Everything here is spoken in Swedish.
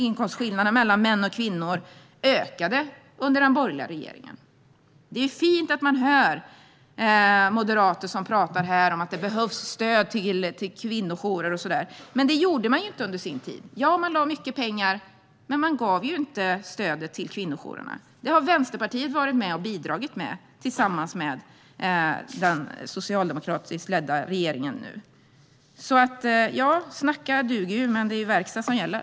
Inkomstskillnaderna mellan män och kvinnor ökade under den borgerliga regeringen. Det är fint att höra moderater tala om att det behövs stöd till kvinnojourer och så vidare, men man gav inget stöd under sin tid i regering. Man lade mycket pengar, men man gav inget stöd till kvinnojourerna. Det har Vänsterpartiet bidragit med, tillsammans med den nu socialdemokratiskt ledda regeringen. Så ja - snacka går ju, men det är verkstad som gäller.